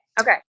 okay